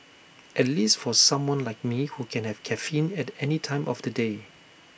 at least for someone like me who can have caffeine at any time of the day